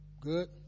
good